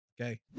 okay